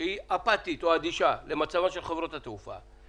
היא אפתית או אדישה למצבן של חברות התעופה.